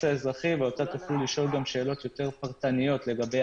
האזרחי ותוכלו לשאול אותה שאלות יותר פרטניות לגבי